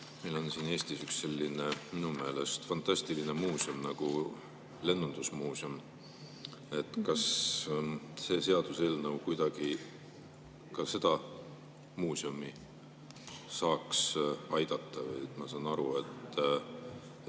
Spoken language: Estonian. Meil on Eestis üks selline minu meelest fantastiline muuseum nagu lennundusmuuseum. Kas see seaduseelnõu kuidagi ka seda muuseumi saaks aidata? Ma saan aru, et